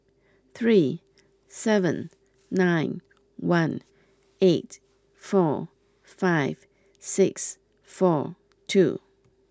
three seven nine one eight four five six four two